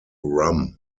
rum